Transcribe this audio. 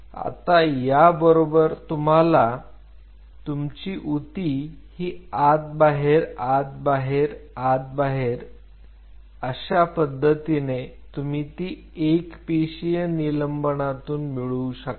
तर आता याबरोबर तुम्हाला तुम ची ऊती ही आत बाहेर आत बाहेर आत बाहेर आत अशा पद्धतीने तुम्ही ती एक पेशीय निलंबनातून मिळवू शकता